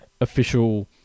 official